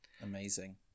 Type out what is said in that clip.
amazing